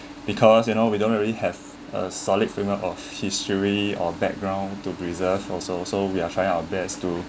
because you know we don't really have uh solid prima of history or background to preserve also so we are trying our best to